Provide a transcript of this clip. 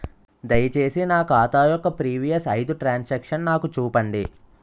దయచేసి నా ఖాతా యొక్క ప్రీవియస్ ఐదు ట్రాన్ సాంక్షన్ నాకు చూపండి